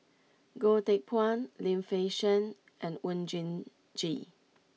Goh Teck Phuan Lim Fei Shen and Oon Jin Gee